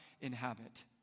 inhabit